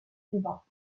suivante